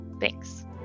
Thanks